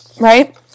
Right